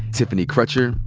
tiffany crutcher,